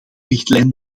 richtlijn